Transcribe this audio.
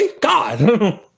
God